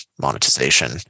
monetization